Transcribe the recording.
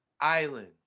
Island